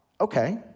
Okay